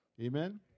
Amen